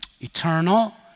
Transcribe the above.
Eternal